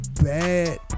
bad